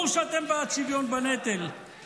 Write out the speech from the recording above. איבדת את הדרך.